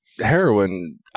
heroin